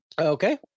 Okay